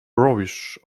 brownish